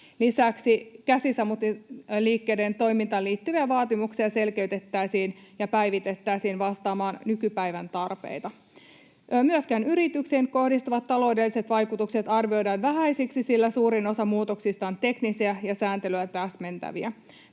Lisäksi käsisammutinliikkeiden toimintaan liittyviä vaatimuksia selkeytettäisiin ja päivitettäisiin vastaamaan nykypäivän tarpeita. Myöskin yrityksiin kohdistuvat taloudelliset vaikutukset arvioidaan vähäisiksi, sillä suurin osa muutoksista on teknisiä ja sääntelyä täsmentäviä.